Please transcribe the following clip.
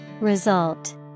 Result